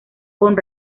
con